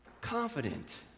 Confident